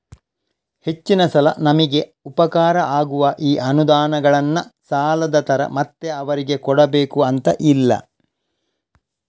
ಹೆಚ್ಚಿನ ಸಲ ನಮಿಗೆ ಉಪಕಾರ ಆಗುವ ಈ ಅನುದಾನಗಳನ್ನ ಸಾಲದ ತರ ಮತ್ತೆ ಅವರಿಗೆ ಕೊಡಬೇಕು ಅಂತ ಇಲ್ಲ